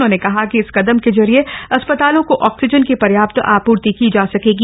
उन्होंने कहा कि इस कदम के जरिए अस्पतालों को ऑक्सीजन की पर्याप्त आपूर्ति की जा सकेगी